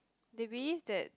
they believe that